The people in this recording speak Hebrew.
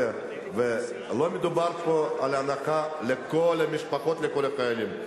לא מדובר פה על הנחה לכל המשפחות, לכל החיילים.